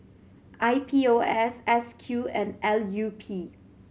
I P O S S Q and L U P